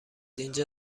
اینجا